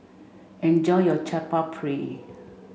enjoy your Chaat Papri